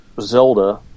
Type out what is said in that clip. Zelda